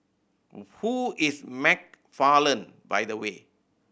who is McFarland by the way